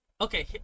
okay